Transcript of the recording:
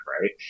right